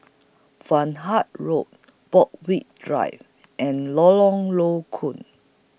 Vaughan Road Borthwick Drive and Lorong Low Koon